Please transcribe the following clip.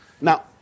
Now